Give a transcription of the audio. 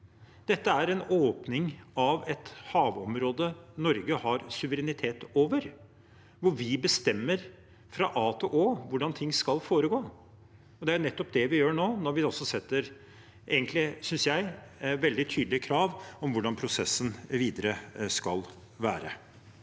Dette er en åpning av et havområde Norge har suverenitet over, hvor vi bestemmer, fra A til Å, hvordan ting skal foregå. Det er nettopp det vi gjør nå, når vi også setter, synes jeg, veldig tydelige krav om hvordan prosessen videre skal være.